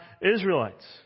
Israelites